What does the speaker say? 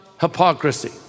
hypocrisy